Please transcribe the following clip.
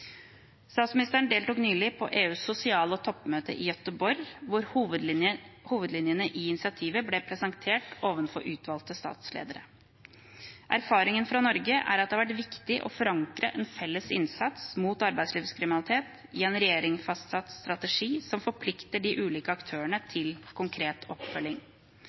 Statsministeren deltok nylig på EUs sosiale toppmøte i Gøteborg, hvor hovedlinjene i initiativet ble presentert overfor utvalgte statsledere. Erfaringen fra Norge er at det har vært viktig å forankre en felles innsats mot arbeidslivskriminalitet i en regjeringsfastsatt strategi som forplikter de ulike aktørene til konkret oppfølging.